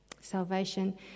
Salvation